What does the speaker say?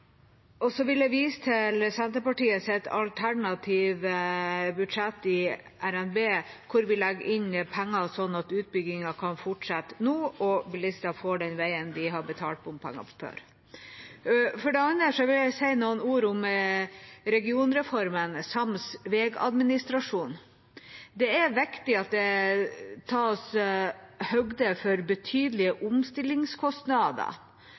vil også vise til Senterpartiets alternative budsjett i RNB, der vi legger inn penger slik at utbyggingen kan fortsette nå og bilistene få den veien de har betalt bompenger for. For det andre vil jeg si noen ord om regionreformen samt vegadministrasjon. Det er viktig at det tas høyde for betydelige